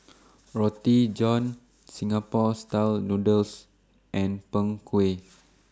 Roti John Singapore Style Noodles and Png Kueh